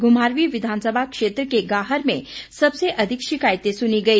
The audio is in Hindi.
घुमारवीं विधानसभा क्षेत्र के गाहर में सबसे अधिक शिकायतें सुनी गई